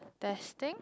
testing